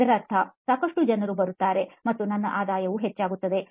ಇದರರ್ಥ ಸಾಕಷ್ಟು ಜನರು ಬರುತ್ತಾರೆ ಮತ್ತು ನನ್ನ ಆದಾಯವು ಹೆಚ್ಚಾಗುತ್ತದೆ